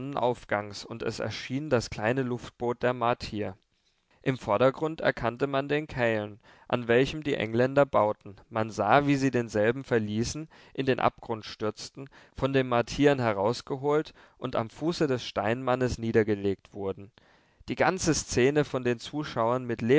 und es erschien das kleine luftboot der martier im vordergrund erkannte man den cairn an welchem die engländer bauten man sah wie sie denselben verließen in den abgrund stürzten von den martiern herausgeholt und am fuße des steinmannes niedergelegt wurden die ganze szene von den zuschauern mit